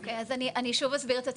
אוקיי, אז אני שוב אסביר את התהליך.